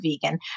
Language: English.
vegan